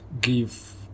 give